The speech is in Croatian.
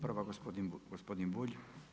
Prva gospodin Bulj.